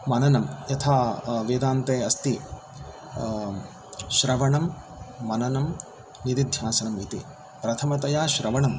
मननं यथा वेदान्ते अस्ति श्रवणं मननं निधिध्यासनम् इति प्रथमतया श्रवणं